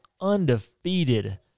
undefeated